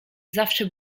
zawsze